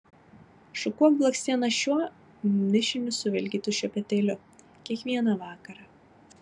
šukuok blakstienas šiuo mišiniu suvilgytu šepetėliu kiekvieną vakarą